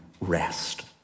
rest